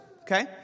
okay